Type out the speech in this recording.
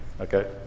Okay